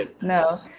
No